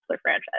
franchise